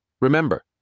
Remember